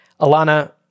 Alana